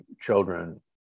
children